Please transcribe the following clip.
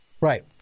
Right